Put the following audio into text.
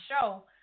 show